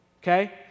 okay